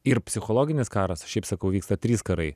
ir psichologinis karas šiaip sakau vyksta trys karai